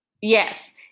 Yes